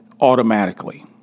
automatically